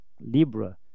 Libra